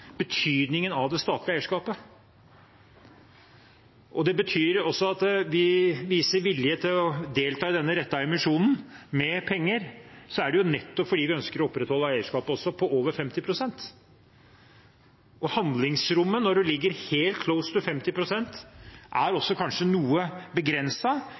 betydningen av det statlige eierskapet. Når vi viser vilje til å delta i denne rettede emisjonen med penger, er det nettopp fordi vi ønsker å opprettholde eierskapet på over 50 pst. Handlingsrommet når man ligger helt «close to» 50 pst., er